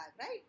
right